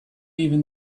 even